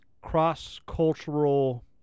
cross-cultural